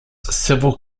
several